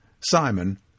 Simon